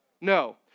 No